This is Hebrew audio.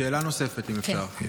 שאלה נוספת, אם אפשר.